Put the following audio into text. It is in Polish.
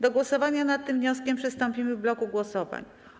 Do głosowania nad tym wnioskiem przystąpimy w bloku głosowań.